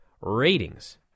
ratings